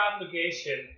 obligation